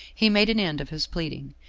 he made an end of his pleading.